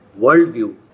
worldview